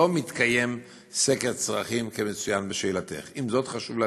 עם זאת, חשוב להדגיש: